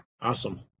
awesome